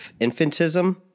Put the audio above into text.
infantism